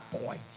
boys